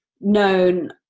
known